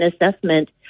assessment